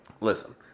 listen